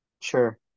Sure